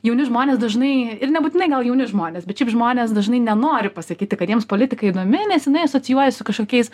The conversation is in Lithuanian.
jauni žmonės dažnai ir nebūtinai gal jauni žmonės bet šiaip žmonės dažnai nenori pasakyti kad jiems politikai įdomi nes jinai asocijuojas su kažkokiais